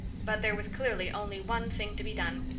but there was clearly only one thing to be done.